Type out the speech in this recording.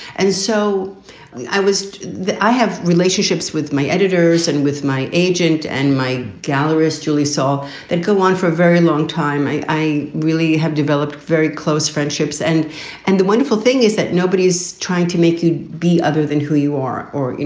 and so i was. i have relationships with my editors and with my agent and my gallerist. julie saw that go on for a very long time. i i really have developed very close friendships. and and the wonderful thing is that nobody's trying to make you the other than who you are or you